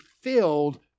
filled